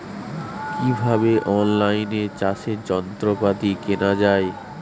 কিভাবে অন লাইনে চাষের যন্ত্রপাতি কেনা য়ায়?